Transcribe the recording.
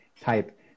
type